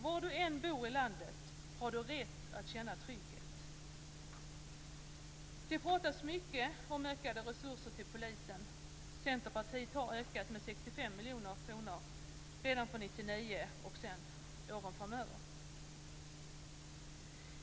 Var du än bor i landet har du rätt att känna trygghet. Det pratas mycket om ökade resurser till polisen. Centerpartiet föreslår en ökning med 65 miljoner kronor redan från 1999 och åren framöver.